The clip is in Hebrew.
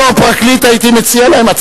בתור פרקליט, הייתי מציע להם.